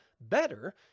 Better